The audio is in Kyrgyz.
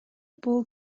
бул